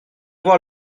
voir